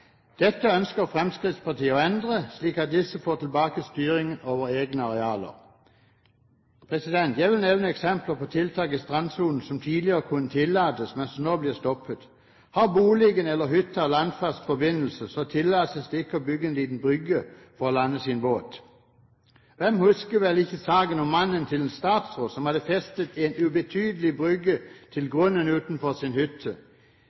Dette ønsker Fremskrittspartiet å endre, slik at disse får tilbake styringen over egne arealer. Jeg vil nevne eksempler på tiltak i strandsonen som tidligere kunne tillates, men som nå blir stoppet: Har boligen eller hytta landfast forbindelse, tillates det ikke å bygge en liten brygge for å lande sin båt. Hvem husker vel ikke saken om mannen til en statsråd som hadde festet en ubetydelig brygge til grunnen utenfor sin hytte?